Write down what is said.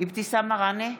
אבתיסאם מראענה,